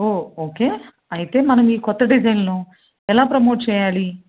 ఓ okay అయితే మనం ఈ కొత్త డిజైన్లను ఎలా ప్రమోట్ చెయ్యాలి